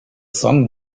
song